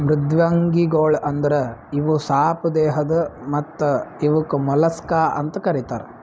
ಮೃದ್ವಂಗಿಗೊಳ್ ಅಂದುರ್ ಇವು ಸಾಪ್ ದೇಹದ್ ಮತ್ತ ಇವುಕ್ ಮೊಲಸ್ಕಾ ಅಂತ್ ಕರಿತಾರ್